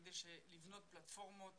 כדי לבנות פלטפורמות